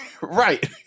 right